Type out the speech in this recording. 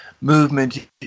movement